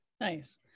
Nice